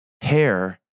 hair